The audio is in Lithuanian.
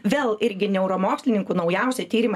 vėl irgi neuromokslininkų naujausi tyrimai